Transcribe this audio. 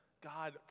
God